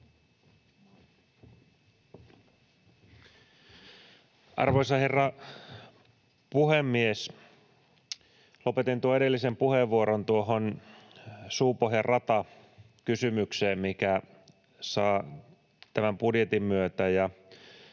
Arvoisa herra puhemies! Lopetin edellisen puheenvuoroni Suupohjan rata ‑kysymykseen. Rata saa tämän budjetin myötä